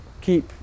keep